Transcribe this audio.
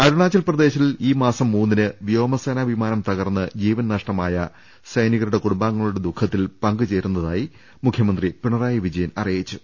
അരുണാചൽ പ്രദേശിൽ ഈ മാസ്ം മൂന്നിന് വ്യോമസേനാ വിമാനം തകർന്ന് ജീവൻ നഷ്ടമായ സൈനികരുടെ കുടുംബാംഗ ങ്ങളുടെ ദുഖത്തിൽ പങ്ക് ചേരുന്നതായി മുഖ്യമന്ത്രി പിണറായി വിജ യൻ അറിയിച്ചു